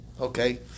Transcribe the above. okay